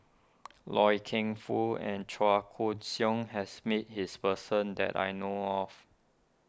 Loy Keng Foo and Chua Koon Siong has met his person that I know of